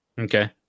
Okay